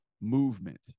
movement